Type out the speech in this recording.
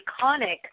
iconic